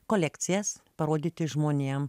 kolekcijas parodyti žmonėm